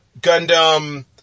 Gundam